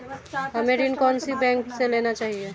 हमें ऋण कौन सी बैंक से लेना चाहिए?